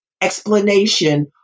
explanation